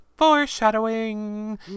Foreshadowing